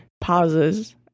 pauses